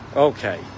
Okay